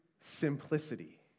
Simplicity